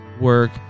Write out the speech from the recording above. work